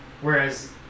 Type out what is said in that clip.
Whereas